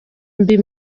mbi